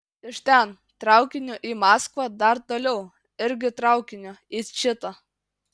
iš ten traukiniu į maskvą dar toliau irgi traukiniu į čitą